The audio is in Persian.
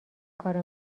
کارو